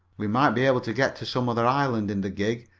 we might be able to get to some other island in the gig,